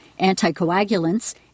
anticoagulants